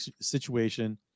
situation